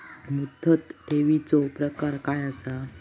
मुदत ठेवीचो प्रकार काय असा?